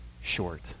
short